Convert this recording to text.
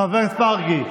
חבר הכנסת מרגי,